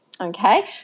okay